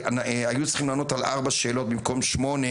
צריכים לענות על ארבע שאלות במקום שמונה,